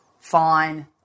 fine